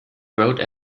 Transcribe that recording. wrote